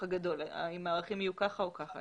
הגדול הוא על הערכים, האם הם יהיו כך או כך.